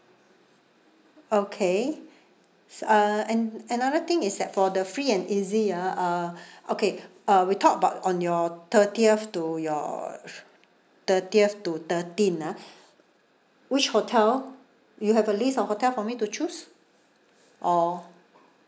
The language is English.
okay so uh and another thing is that for the free and easy ah uh okay uh we talk about on your thirtieth to your thirtieth to thirteen ah which hotel you have a list of hotel for me to choose or